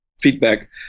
feedback